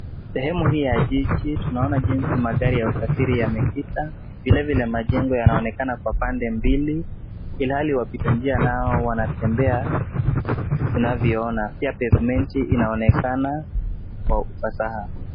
Sehemu hii ya jiji tunaona jinsi magari ya usafiri yamekita. Vilevile majengo yanaonekana kwa pande mbili ilhali wapita njia nao wanatembea tunavyoona, pia pavement inaonekana kwa ufasaha.